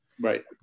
right